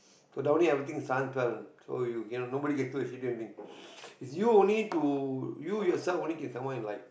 down here thing with some parents so you cannot nobody get through a hidden thing it's you only to you yourself only can someone in life